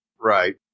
Right